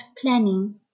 planning